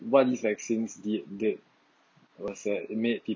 what these vaccines did did was that it made people